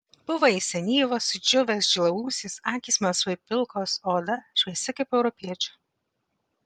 buvo jis senyvas sudžiūvęs žilaūsis akys melsvai pilkos o oda šviesi kaip europiečio